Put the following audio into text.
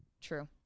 true